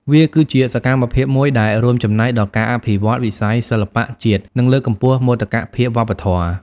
វាគឺជាសកម្មភាពមួយដែលរួមចំណែកដល់ការអភិវឌ្ឍវិស័យសិល្បៈជាតិ និងលើកកម្ពស់មោទកភាពវប្បធម៌។